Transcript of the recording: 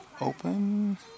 open